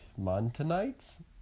Montanites